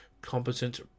competent